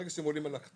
ברגע שהם עולים על הכתב,